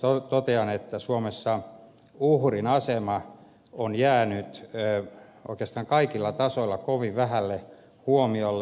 lopuksi totean että suomessa uhrin asema on jäänyt oikeastaan kaikilla tasoilla kovin vähälle huomiolle